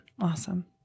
Awesome